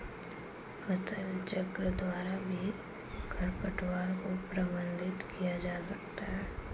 फसलचक्र द्वारा भी खरपतवार को प्रबंधित किया जा सकता है